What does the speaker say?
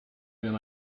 than